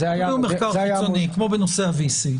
כמו בנושא ה-VC.